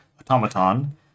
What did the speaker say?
automaton